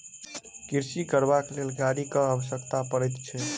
कृषि करबाक लेल गाड़ीक आवश्यकता पड़ैत छै